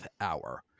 hour